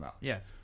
Yes